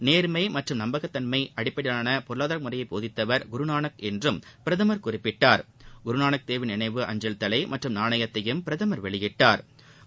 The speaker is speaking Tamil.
நேர்மை மற்றும் தன்னப்பிக்கை அடிப்படையிலான பொருளாதார முறையை போதித்தவர் குருநானக் என்றும் பிரதமர் குறிப்பிட்டா்குருநானக்தேவின் நினைவு அஞ்சல் தலை மற்றும் நாணயத்தையும் பிரதம் வெளியிட்டா்